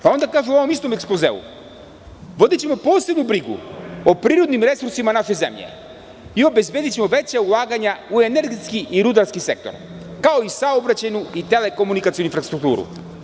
Pa onda kaže u ovom istom ekspozeu – vodićemo posebnu brigu o prirodnim resursima naše zemlje i obezbedićemo veća ulaganja u energetski i rudarski sektor, kao i saobraćajnu i telekomunikacionu infrastrukturu.